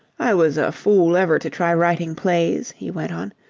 i was a fool ever to try writing plays, he went on.